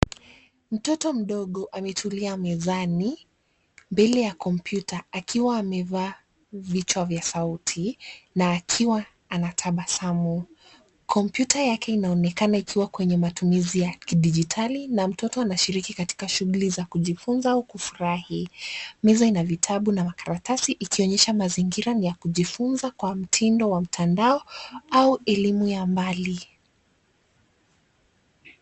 Mtoto mdogo ametulia mezani, mbele ya kompyuta akiwa amevaa vichwa vya sauti na akiwa anatabasamu. Kompyuta yake inaonekana ikiwa kwenye matumizi ya kidijitali na mtoto anashiriki katika shughuli za kujifunza au kufurahi. Meza ina vitabu na makaratasi ikionyesha mazingira ni ya kujifunza kwa mtindo wa mtandao au elimu ya mbali.